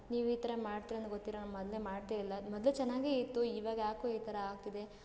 ನೀವು ಈ ಥರ ಮಾಡ್ತೀರ ಅಂತ ಗೊತ್ತಿದ್ರೆ ನಾವು ಮೊದಲೇ ಮಾಡ್ತೇ ಇರ್ಲ ಮೊದಲು ಚೆನ್ನಾಗೆ ಇತ್ತು ಇವಾಗ ಯಾಕೋ ಈ ಥರ ಆಗ್ತಿದೆ